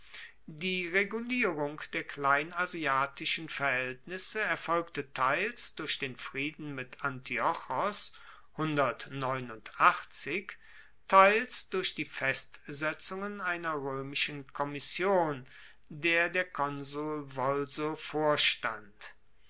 die regulierung der kleinasiatischen verhaeltnisse erfolgte teils durch den frieden mit antiochos teils durch die festsetzungen einer roemischen kommission der der konsul volso vorstand